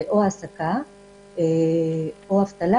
כלומר זה או העסקה או אבטלה,